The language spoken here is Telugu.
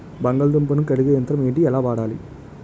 బంగాళదుంప ను కడిగే యంత్రం ఏంటి? ఎలా వాడాలి?